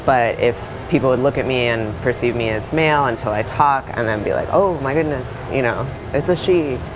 but if people would look at me and perceive me as male until i talk and then be like, oh, my goodness, you know it's a she!